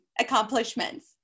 accomplishments